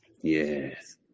Yes